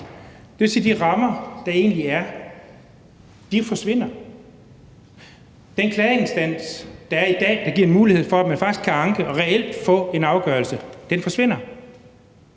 Det vil sige, at de rammer, der er, forsvinder. Den klageinstans, der er i dag, og som giver en mulighed for, at man faktisk kan anke og reelt få en afgørelse, forsvinder.